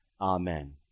Amen